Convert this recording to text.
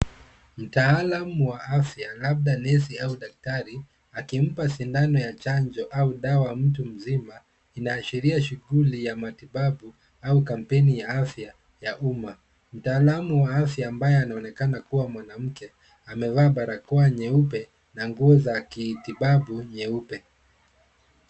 Mtaalamu wa afya, labda nesi au daktari, akimpa sindano ya chanjo au dawa mtu mzima inaashiria shuguli ya matibabu au kampeni ya afya ya umma. Mtalaamu wa afya ambaye anaonekana kuwa mwanamke amevaa barakoa nyeupe na nguo za kitibabu nyeupe.